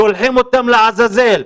שולחים אותם לעזאזל,